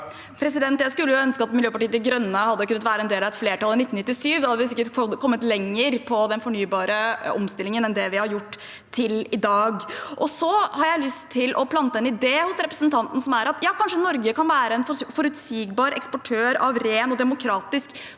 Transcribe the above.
Jeg skul- le ønske at Miljøpartiet De Grønne hadde kunnet være en del av et flertall i 1997. Da hadde vi sikkert kommet lenger på den fornybare omstillingen enn det vi har gjort til i dag. Jeg har lyst til å plante en idé hos representanten Trellevik: Kanskje Norge i framtiden kan være en forutsigbar eksportør av ren og demokratisk